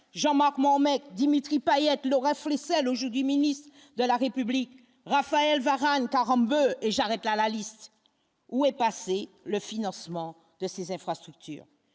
Jean-Marc Mormeck Dimitri Payet, Laura Flessel, aujourd'hui ministre de la République, Raphaël Varane Karembeu et j'arrête là la liste où est passé le financement de ces infrastructures,